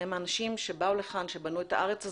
הם האנשים שבאו לכאן כשבנו את הארץ הזאת,